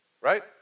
Right